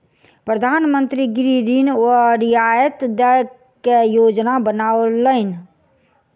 प्रधान मंत्री गृह ऋण पर रियायत दय के योजना बनौलैन